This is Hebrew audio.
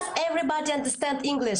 האם למדת עם וואצ'ר?